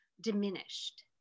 diminished